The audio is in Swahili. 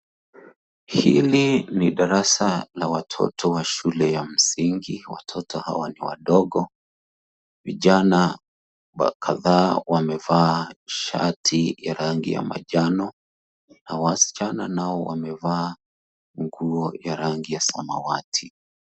Hili ni darasa la watoto wa shule ya msingi. Watoto hawa ni wadogo. Vijana kadhaa wamevaa shati ya rangi ya manjano na wasichana nao wamevaa nguo ya rangi ya samawati.